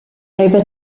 over